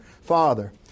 Father